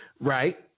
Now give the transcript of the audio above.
right